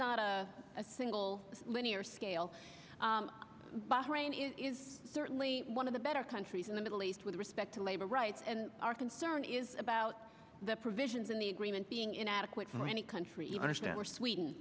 not a a single linear scale but rain is certainly one of the better countries in the middle east with respect to labor rights and our concern is about the provisions in the agreement being inadequate so many countries understand we're